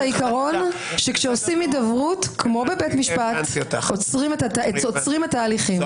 העיקרון - כשעושים הידברות כמו בבית משפט עוצרים את התהליכים.